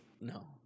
No